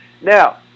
Now